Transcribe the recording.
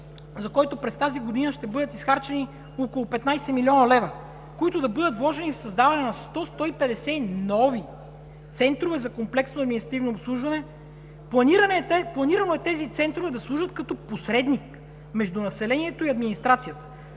за който през тази година ще бъдат изхарчени около 15 млн. лв., които ще бъдат вложени в създаване на 100-150 нови центъра за комплексно административно обслужване. Планирано е тези центрове да служат като посредник между населението и администрацията,